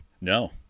No